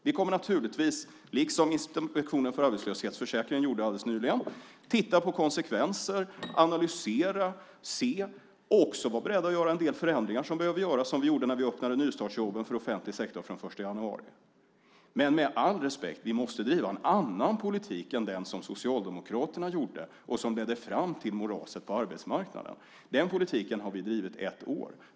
Vi kommer naturligtvis, liksom Inspektionen för arbetslöshetsförsäkringen gjorde alldeles nyligen, att titta på konsekvenser, analysera och se och också vara beredda att göra en del förändringar som behöver göras. Det gjorde vi när vi öppnade nystartsjobben för offentlig sektor från den 1 januari. Vi måste med all respekt driva en annan politik än den som Socialdemokraterna drev och som ledde fram till moraset på arbetsmarknaden. Den politiken har vi drivit i ett år.